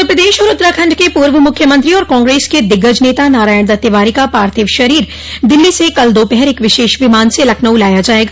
उत्तर प्रदेश और उत्तराखंड के पूर्व मुख्यमंत्री व कांग्रेस के दिग्गज नेता नारायण दत्त तिवारी का पार्थिव शरीर दिल्ली से कल दोपहर एक विशेष विमान से लखनऊ लाया जायेगा